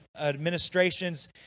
administrations